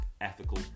ethical